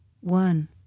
one